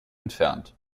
entfernt